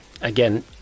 Again